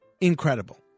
incredible